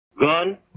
Gun